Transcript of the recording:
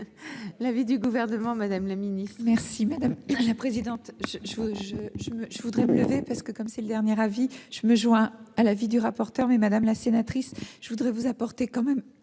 L'avis du gouvernement. Madame la Ministre